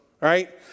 right